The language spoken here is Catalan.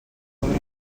pobre